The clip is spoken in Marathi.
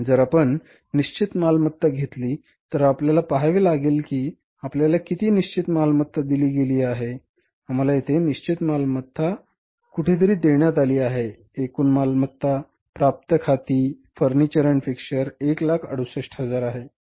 जर आपण निश्चित मालमत्ता घेतली तर आपल्याला पहावे लागेल की आपल्याला किती निश्चित मालमत्ता दिली गेली आहे आम्हाला येथे निश्चित मालमत्ता कुठेतरी देण्यात आली आहे एकूण मालमत्ता प्राप्य खाती फर्निचर आणि फिक्स्चर 168000 आहे